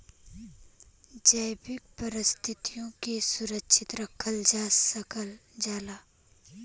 जैविक विविधता के सुरक्षित रखल जा सकल जाला